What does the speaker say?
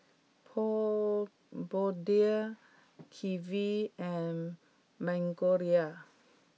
Pure Blonde Kiwi and Magnolia